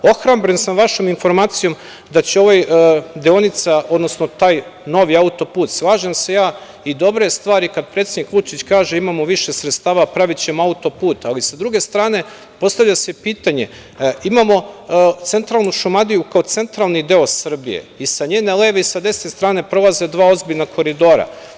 Ohrabren sam vašom informacijom da će taj novi auto-put, slažem se ja, i dobra je stvar kada predsednik Vučić kaže, imamo više sredstava, pravićemo auto-put, ali sa druge strane postavlja se pitanje, imamo centralnu Šumadiju kao centralni deo Srbije i sa njene leve i desne strane, prolaze dva ozbiljna koridora.